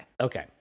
Okay